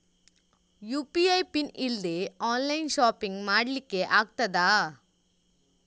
UPI PIN ಇಲ್ದೆ online shopping ಮಾಡ್ಲಿಕ್ಕೆ ಆಗ್ತದಾ?